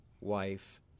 wife